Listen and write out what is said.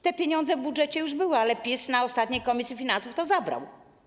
Te pieniądze w budżecie już były, ale PiS na ostatnim posiedzeniu komisji finansów to zabrał.